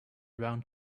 around